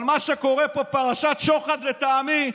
אבל מה שקורה פה, פרשת שוחד, לטעמי,